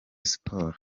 sports